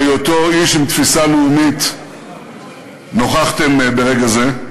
בהיותו איש עם תפיסה לאומית נוכחתם ברגע זה,